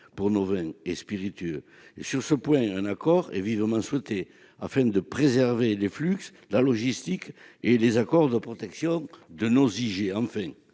pour nos vins et spiritueux. Dans ce dossier, un accord est vivement souhaité, afin de préserver les flux, la logistique et les accords de protection de nos IG. Il